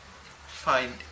find